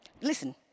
Listen